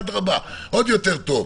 אדרבה ועוד יותר טוב.